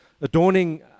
adorning